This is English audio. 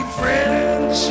friends